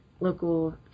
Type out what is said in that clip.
local